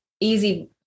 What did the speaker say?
easy